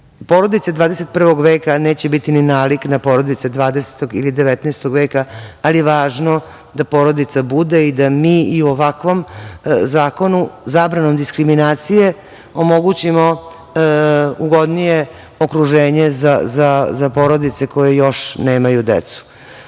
poželjno. Porodice 21. veka neće biti ni nalik na porodice 20. ili 19. veka, ali je važno da porodica bude i da mi i u ovakvom zakonu zabranom diskriminacije omogućimo ugodnije okruženje za porodice koje još nemaju decu.